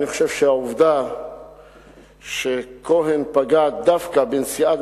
אני חושב שהעובדה שכהן פגע דווקא בנשיאת